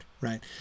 right